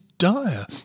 dire